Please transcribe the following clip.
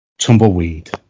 tumbleweed